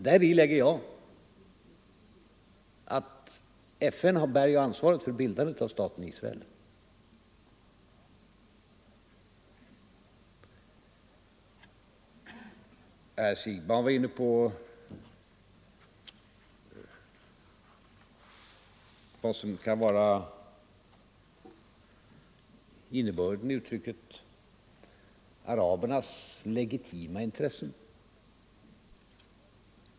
Däri lägger jag att FN bär ansvaret för bildandet av staten Israel. Herr Siegbahn var inne på vad som kan vara innebörden i uttrycket arabernas legitima intressen.